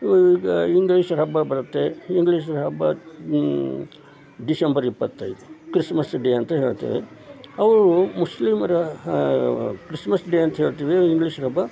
ಈಗ ಇಂಗ್ಲಿಷರ ಹಬ್ಬ ಬರುತ್ತೆ ಇಂಗ್ಲಿಷರ ಹಬ್ಬ ಡಿಸೆಂಬರ್ ಇಪ್ಪತ್ತೈದು ಕ್ರಿಸ್ಮಸ್ ಡೇ ಅಂತ ಹೇಳ್ತೇವೆ ಅವರು ಮುಸ್ಲಿಮರ ಕ್ರಿಸ್ಮಸ್ ಡೇ ಅಂತ ಹೇಳ್ತೀವಿ ಇಂಗ್ಲಿಷರ ಹಬ್ಬ